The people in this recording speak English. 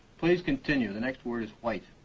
please continue. the next word is white